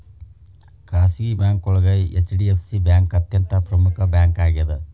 ಖಾಸಗಿ ಬ್ಯಾಂಕೋಳಗ HDFC bank ಅತ್ಯಂತ ಪ್ರಮುಖ್ ಬ್ಯಾಂಕಾಗ್ಯದ